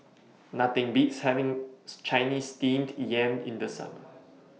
Nothing Beats having Chinese Steamed Yam in The Summer